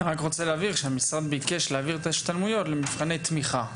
אני רק רוצה להבהיר שהמשרד ביקש להעביר את ההשתלמויות למבחני תמיכה.